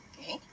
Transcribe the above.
Okay